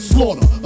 Slaughter